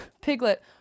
Piglet